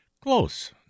Close